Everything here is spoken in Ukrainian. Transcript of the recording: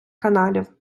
каналів